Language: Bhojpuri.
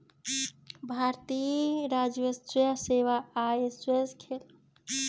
भारतीय राजस्व सेवा आय व्यय के लेखा जोखा भी राखेले